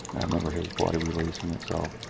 i remember his body releasing itself.